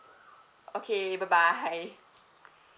okay bye bye